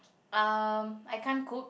um I can't cook